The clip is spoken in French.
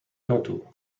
alentour